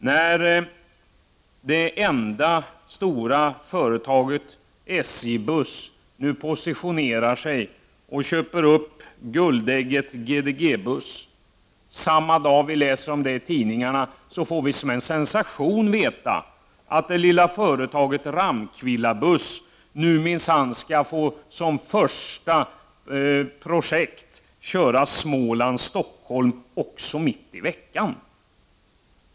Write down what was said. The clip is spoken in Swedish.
När det enda stora företaget, SJ Buss, nu skapar sig en position genom att köpa upp guldägget GDG:s bussverksamhet framställs det, samma dag som vi läser om detta i tidningarna, som en sensation att det lilla företaget Ramkvillabuss nu minsann skall bli först med att få trafikera sträckan Småland-Stockholm också mitt i veckan.